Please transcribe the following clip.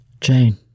Jane